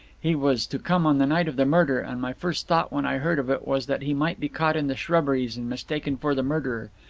he was to come on the night of the murder, and my first thought when i heard of it was that he might be caught in the shrubberies and mistaken for the murderer.